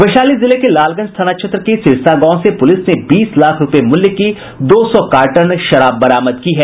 वैशाली जिले के लालगंज थाना क्षेत्र के सिरसा गांव से पुलिस ने बीस लाख रूपये मूल्य की दो सौ कार्टन शराब बरामद की है